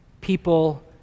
People